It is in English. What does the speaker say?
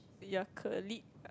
your colleague